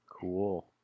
Cool